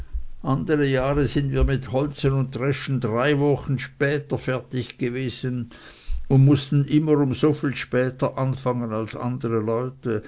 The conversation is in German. andere jahre sind wir mit holzen und dreschen drei wochen später fertig gewesen und mußten immer um so viel später anfangen als andere leute